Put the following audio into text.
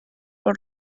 pool